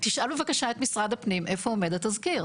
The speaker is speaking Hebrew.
תשאל בבקשה את משרד הפנים איפה עומד התזכיר.